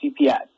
CPS